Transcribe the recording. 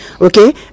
Okay